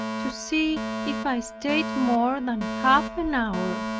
to see if i stayed more than half an hour.